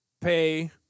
pay